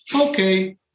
okay